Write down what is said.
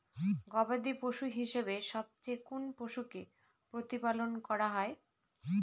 গবাদী পশু হিসেবে সবচেয়ে কোন পশুকে প্রতিপালন করা হয়?